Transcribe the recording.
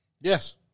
Yes